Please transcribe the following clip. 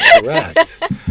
Correct